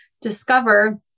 discover